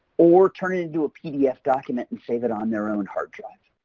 or turn it into a pdf document and save it on their own hard drive.